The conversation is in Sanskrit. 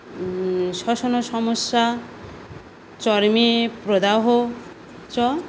शयनसमस्या चर्मे प्रदाह च